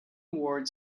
ward